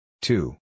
Two